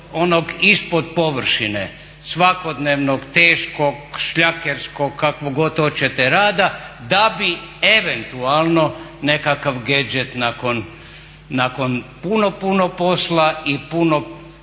ispod površine svakodnevnog teškog šljakerskog kakvog god hoćete rada da bi eventualno nekakav gadget nakon puno, puno posla i puno